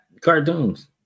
cartoons